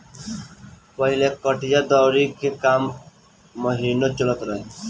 पहिले कटिया दवरी के काम महिनो चलत रहे